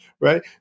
right